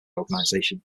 organisation